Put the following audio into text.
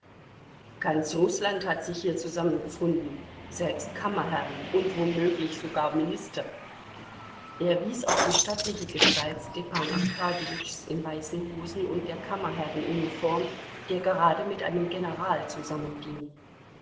ganz rußland hat sich hier zusammengefunden selbst kammerherren und womöglich sogar minister er wies auf die stattliche gestalt stepan arkadjewitschs in weißen hosen und der kammerherrenuniform der gerade mit einem general